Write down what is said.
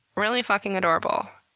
really fucking adorable.